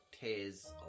Tears